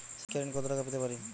শিক্ষা ঋণ কত টাকা পেতে পারি?